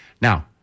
Now